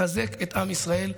לחזק את עם ישראל,